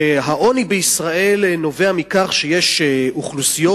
שהעוני בישראל נובע מכך שיש אוכלוסיות,